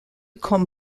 comme